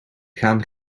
gaan